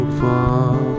far